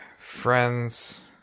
friends